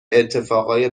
اتفاقای